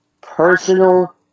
personal